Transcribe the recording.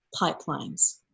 pipelines